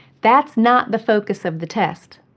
that's not the focus of the test.